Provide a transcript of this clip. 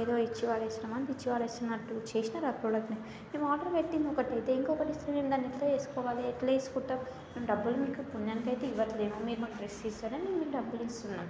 ఏదో ఇచ్చి పడేసినామా తెచ్చిపడేసినామా అన్నట్టు ఇచ్చేసినారు ఆ ప్రోడక్ట్ని మేము ఆర్డర్ పెట్టింది ఒకటైతే ఇంకొకటి ఇస్తే మేము ఎట్ల వేసుకోవాలి ఎట్ల తీసుకుంటాం డబ్బులు అయితే పుణ్యానికి అయితే ఇవ్వట్లేదు మీరు మాకు డ్రెస్ ఇస్తున్నారని మేము డబ్బులు ఇస్తున్నాం